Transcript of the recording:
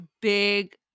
big